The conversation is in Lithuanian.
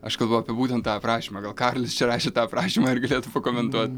aš kalbu apie būtent tą aprašymą gal karolis čia rašė tą aprašymą ir galėtų pakomentuot